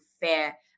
fair